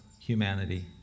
humanity